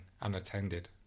unattended